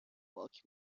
پاک